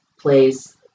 plays